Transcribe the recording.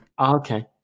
okay